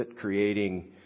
creating